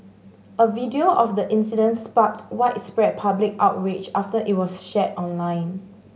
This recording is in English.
a video of the incident sparked widespread public outrage after it was shared online